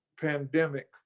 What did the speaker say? pandemic